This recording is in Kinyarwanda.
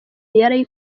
yari